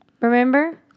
remember